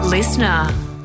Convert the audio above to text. Listener